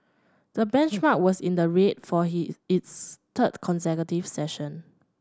the benchmark was in the red for his its third consecutive session